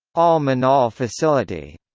al manal facility